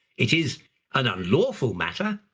it is an unlawful matter.